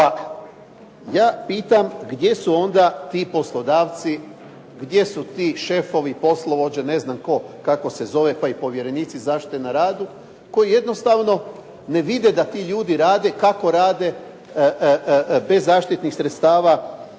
Pa ja pitam gdje su onda ti poslodavci? Gdje su ti šefovi, poslovođe, ne znam tko kako se zove, pa i povjerenici zaštite na radu koji jednostavno ne vide da ti ljudi rade, kako rade bez zaštitnih sredstava.